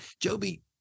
Joby